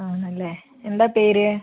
ആണല്ലേ എന്താ പേര്